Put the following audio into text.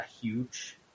huge